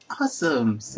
awesome